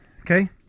Okay